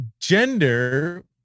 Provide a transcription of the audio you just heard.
Gender